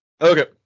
Okay